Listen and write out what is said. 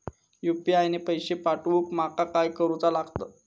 UPI ने पैशे मिळवूक माका काय करूचा लागात?